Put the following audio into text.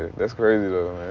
that's crazy, though,